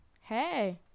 Hey